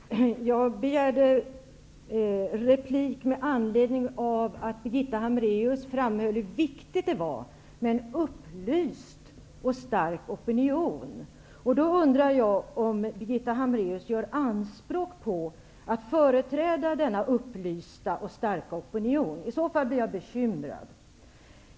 Herr talman! Jag begärde replik med anledning av att Birgitta Hambraeus framhöll hur viktigt det var med en upplyst och stark opinion. Jag undrar då om Birgitta Hambraeus gör anspråk på att företräda denna upplysta och starka opinion. I så fall blir jag bekymrad.